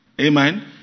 Amen